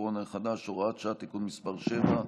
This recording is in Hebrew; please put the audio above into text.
הקורונה החדש (הוראת שעה) (תיקון מס' 7),